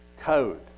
code